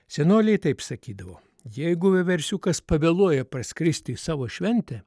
senoliai taip sakydavo jeigu vieversiukas pavėluoja parskristi į savo šventę